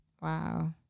Wow